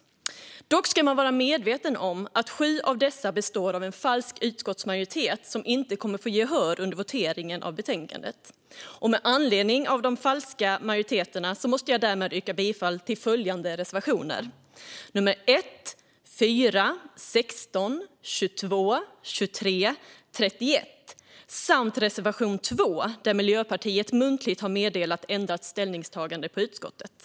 Dock ska man vara medveten om att sju av dessa kommer från en falsk utskottsmajoritet som inte kommer att få gehör under voteringen om betänkandet. Med anledning av de falska majoriteterna måste jag yrka bifall till följande reservationer: nummer l, 4, 16, 22, 23 och 31 samt reservation 2, där Miljöpartiet muntligt har meddelat ändrat ställningstagande i utskottet.